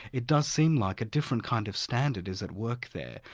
it does seem like a different kind of standard is at work there.